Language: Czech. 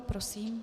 Prosím.